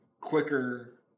quicker